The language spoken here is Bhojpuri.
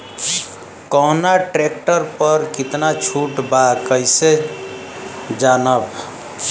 कवना ट्रेक्टर पर कितना छूट बा कैसे जानब?